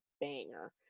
banger